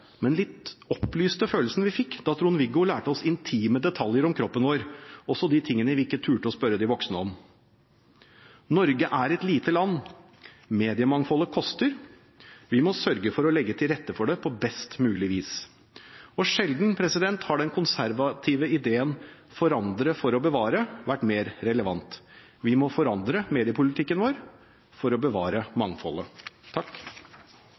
men litt opplyste følelsen vi fikk da Trond-Viggo lærte oss intime detaljer om kroppen vår – også de tingene vi ikke torde å spørre de voksne om. Norge er et lite land. Mediemangfoldet koster. Vi må sørge for å legge til rette for det på best mulig vis. Og sjelden har den konservative ideen «forandre for å bevare» vært mer relevant. Vi må forandre mediepolitikken vår for å bevare